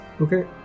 Okay